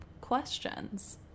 questions